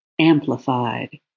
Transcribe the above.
amplified